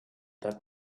that